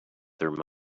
there